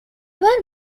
were